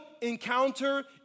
encounter